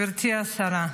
גברתי השרה,